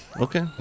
Okay